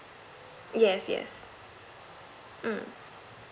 yes yes mm